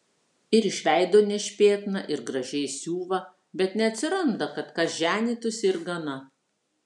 ir iš veido nešpėtna ir gražiai siuva bet neatsiranda kad kas ženytųsi ir gana